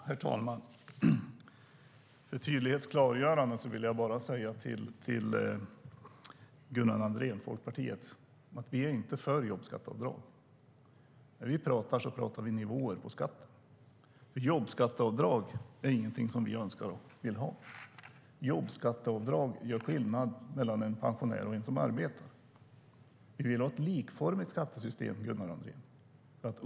Herr talman! Låt mig förtydliga för Folkpartiets Gunnar Andrén att vi inte är för jobbskatteavdrag. Vi talar om nivåer på skatten. Jobbskatteavdrag är inget vi önskar eller vill ha. Jobbskatteavdrag gör skillnad mellan en pensionär och den som arbetar. Vi vill ha ett likformigt skattesystem, Gunnar Andrén.